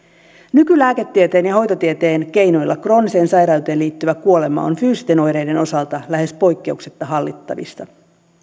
nykylääketieteen ja hoitotieteen keinoilla krooniseen sairauteen liittyvä kuolema on fyysisten oireiden osalta lähes poikkeuksetta hallittavissa